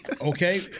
okay